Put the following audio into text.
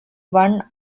one